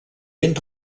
ben